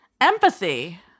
Empathy